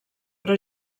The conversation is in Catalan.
però